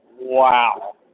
wow